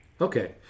Okay